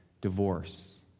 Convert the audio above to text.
divorce